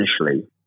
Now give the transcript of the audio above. initially